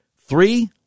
Three